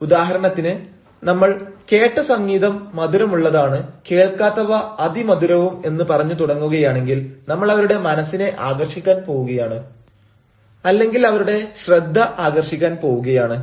ഉദാഹരണത്തിന് നമ്മൾ കേട്ട സംഗീതം മധുരമുള്ളതാണ് കേൾക്കാത്തവ അതി മധുരവും എന്ന് പറഞ്ഞു തുടങ്ങുകയാണെങ്കിൽ നമ്മൾ അവരുടെ മനസ്സിനെ ആകർഷിക്കാൻ പോവുകയാണ് അല്ലെങ്കിൽ അവരുടെ ശ്രദ്ധ ആകർഷിക്കാൻ പോവുകയാണ്